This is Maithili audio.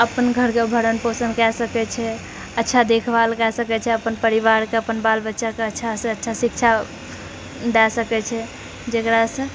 अपन घरके भरणपोषण कए सकैत छै अच्छा देखभाल कए सकैत छै अपन परिवारके अपन बालबच्चाके अच्छासँ अच्छा शिक्षा दए सकैत छै जेकरासँ